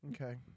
Okay